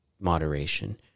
moderation